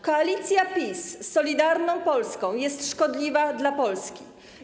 Koalicja PiS z Solidarną Polską jest szkodliwa dla Polski.